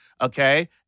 Okay